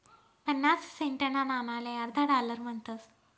पन्नास सेंटना नाणाले अर्धा डालर म्हणतस